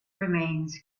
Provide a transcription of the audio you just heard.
remains